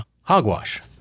hogwash